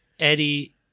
Eddie